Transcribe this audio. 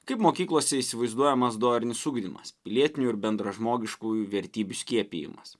kaip mokyklose įsivaizduojamas dorinis ugdymas pilietinių ir bendražmogiškųjų vertybių skiepijimas